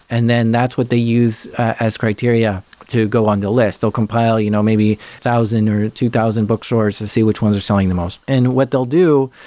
and then that's what they use as criteria to go on the list. they'll compile you know maybe one thousand or two thousand bookstores to see which ones are selling the most. and what they'll do,